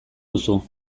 duzu